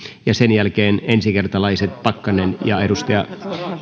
ja sen jälkeen ensikertalaiset pakkanen ja edustaja